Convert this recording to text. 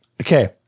okay